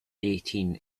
eighteen